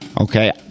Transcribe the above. Okay